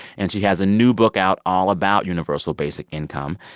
and she has a new book out all about universal basic income.